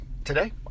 Today